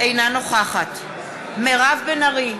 אינה נוכחת מירב בן ארי,